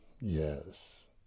Yes